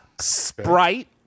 sprite